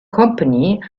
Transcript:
company